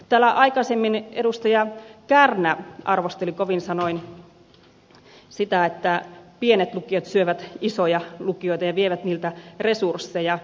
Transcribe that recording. täällä aikaisemmin edustaja kärnä arvosteli kovin sanoin sitä että pienet lukiot syövät isoja lukioita ja vievät niiltä resursseja